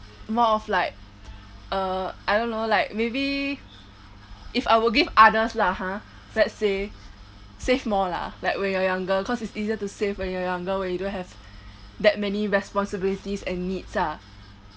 more of like uh I don't know like maybe if I would give others lah ha let's say save more lah like when you are younger cause it's easier to save when you are younger when you don't have that many responsibilities and needs ah